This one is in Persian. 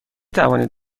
توانید